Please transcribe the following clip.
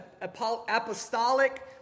apostolic